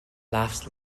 laughs